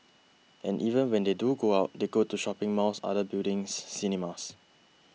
and even when they do go out they go to shopping malls other buildings cinemas